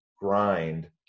grind